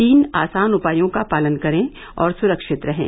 तीन आसान उपायों का पालन करें और सुरक्षित रहें